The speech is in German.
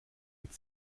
mit